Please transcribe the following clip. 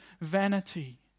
vanity